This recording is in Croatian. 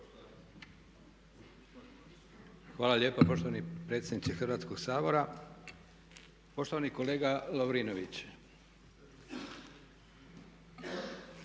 Hvala lijepa poštovani predsjedniče Hrvatskoga sabora. Poštovani kolega Lovrinović.